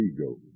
ego